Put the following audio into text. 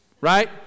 Right